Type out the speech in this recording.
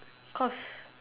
cause